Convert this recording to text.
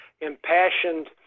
impassioned